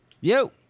Yo